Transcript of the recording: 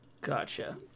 Gotcha